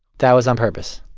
that was on purpose?